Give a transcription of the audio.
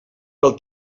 pel